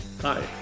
Hi